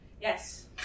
Yes